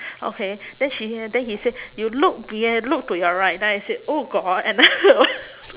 okay then she uh then he say you look here look to your right then I said oh got another one